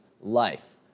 life